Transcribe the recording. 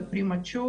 זה pre mature,